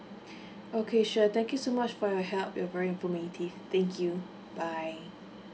okay sure thank you so much for your help you're very informative thank you bye